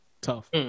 tough